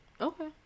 Okay